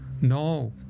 No